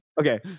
Okay